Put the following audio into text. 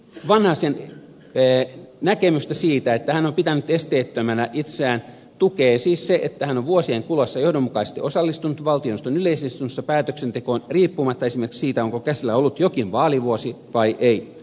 vanhasen näkemystä siitä että hän on pitänyt itseään esteettömänä tukee siis se että hän on vuosien kuluessa johdonmukaisesti osallistunut valtioneuvoston yleisistunnossa päätöksentekoon riippumatta esimerkiksi siitä onko käsillä ollut jokin vaalivuosi vai ei